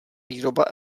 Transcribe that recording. výroba